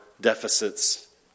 deficits